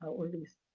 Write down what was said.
or at least,